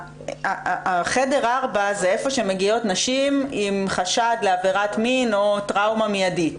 חדר 4 הוא החדר שאליו מגיעות נשים עם חשד לעבירת מין או טראומה מידית.